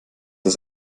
das